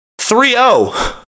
3-0